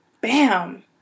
bam